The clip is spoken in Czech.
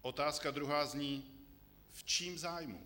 Otázka druhá zní, v čím zájmu.